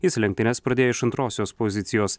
jis lenktynes pradėjo iš antrosios pozicijos